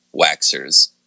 waxers